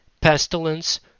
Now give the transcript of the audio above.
pestilence